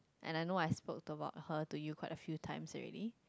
and I know I spoke about her to you quite a few times already